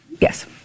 Yes